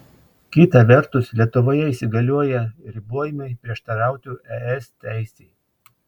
kita vertus lietuvoje įsigalioję ribojimai prieštarautų es teisei